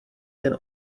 ten